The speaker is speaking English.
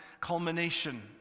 culmination